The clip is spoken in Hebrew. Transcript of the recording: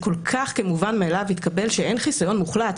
שהתקבל כל כך כמובן מאליו שאין חיסיון מוחלט,